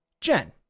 Jen